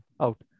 out